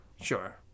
Sure